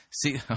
See